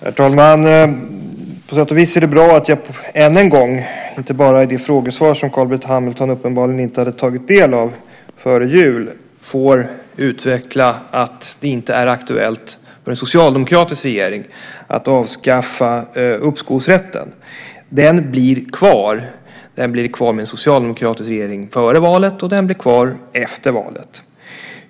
Herr talman! På sätt och vis är det bra att jag ännu en gång - inte bara i det frågesvar som Carl B Hamilton uppenbarligen inte hade tagit del av före jul - får utveckla att det inte är aktuellt för en socialdemokratisk regering att avskaffa uppskovsrätten. Den blir kvar med en socialdemokratisk regering före valet, och den blir kvar efter valet.